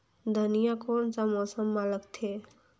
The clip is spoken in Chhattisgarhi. धनिया कोन सा मौसम मां लगथे?